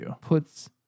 puts